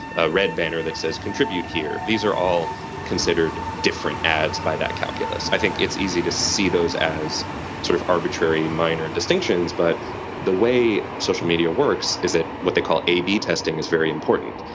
a red banner that says contribute here. these are all considered different ads by that calculus. i think it's easy to see those as sort of arbitrary minor distinctions. but the way social media works is that what they call a b testing is very important.